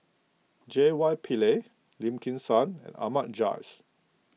J Y Pillay Lim Kim San and Ahmad Jais